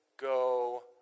go